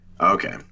okay